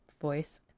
voice